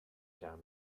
down